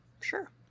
Sure